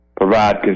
provide